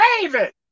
David